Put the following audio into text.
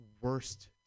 worst